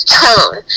tone